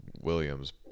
williams